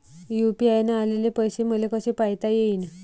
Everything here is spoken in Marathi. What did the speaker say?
यू.पी.आय न आलेले पैसे मले कसे पायता येईन?